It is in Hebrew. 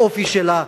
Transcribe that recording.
לאופי שלה,